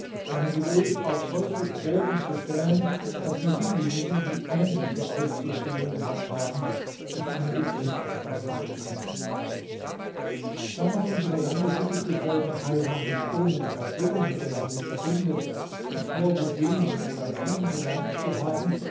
meine geduld auf solche proben zu stellen daß nur diejenigen die ähnliche auszustehen gehabt haben sich einen begriff davon machen können da man unserer landessitte zufolge heiratet ohne die person mit der man sich verbindet zuvor gesehen oder kennengelernt zu haben